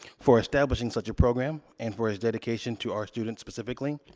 for establishing such a program and for his dedication to our students specifically.